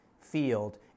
field